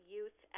Youth